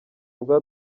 bwa